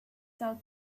sell